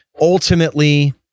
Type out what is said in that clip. Ultimately